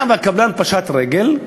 היה והקבלן פשט רגל,